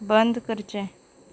बंद करचें